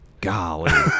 Golly